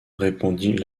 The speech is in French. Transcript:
répondit